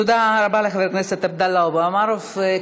תודה רבה לחבר הכנסת עבדאללה אבו מערוף.